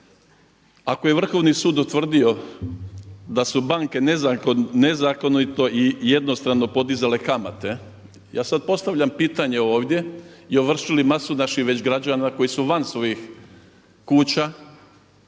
Ako je Vrhovni sud utvrdio da su banke nezakonito i jednostrano podizale kamate ja sad postavljam pitanje ovdje, i ovršili masu naših već građana koji su van svojih kuća,